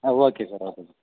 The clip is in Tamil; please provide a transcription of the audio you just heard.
ah okay sir okay sir